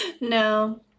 No